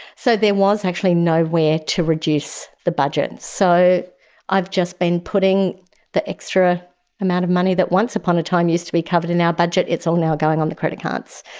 so there was actually nowhere to reduce the budget. so i've just been putting the extra amount of money that once upon a time used to be covered in our budget, it's all now going on the credit cards.